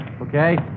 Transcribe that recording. Okay